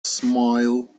smile